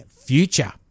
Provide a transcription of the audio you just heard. future